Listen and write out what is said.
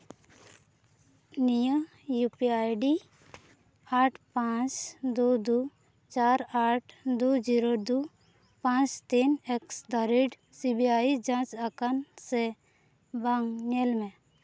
ᱱᱤᱭᱟᱹ U P ID ᱟᱴ ᱯᱟᱸᱪ ᱫᱩ ᱫᱩ ᱪᱟᱨ ᱟᱴ ᱫᱩ ᱡᱤᱨᱳ ᱫᱩ ᱯᱟᱸᱪ ᱛᱤᱱ ᱮᱹᱠᱥᱫᱟ ᱨᱮᱹᱴ ᱥᱤ ᱵᱤ ᱟᱭ ᱡᱟᱡᱽ ᱟᱠᱟᱱ ᱥᱮ ᱵᱟᱝ ᱧᱮᱞ ᱢᱮ